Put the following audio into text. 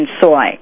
soy